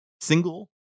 single